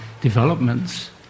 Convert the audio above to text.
developments